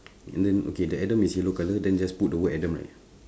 and then okay the adam is yellow color then just put the word adam right